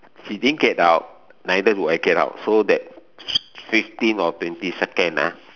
she didn't get out neither do I get out so that fifteen or twenty second ah